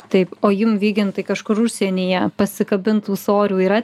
taip o jum vygintai kažkur užsienyje pasikabint ūsorių yra